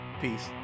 peace